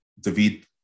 David